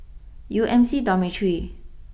U M C Dormitory